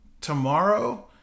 tomorrow